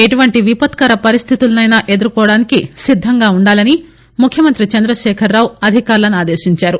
ఎటువంటి విపత్కర పరిస్దితి అయినా ఎదుర్కోనేందుకు సిద్దంగా ఉండాలని ముఖ్యమంత్రి చంద్రశేఖర్ రావు అధికారులను ఆదేశించారు